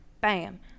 bam